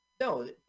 no